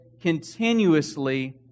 continuously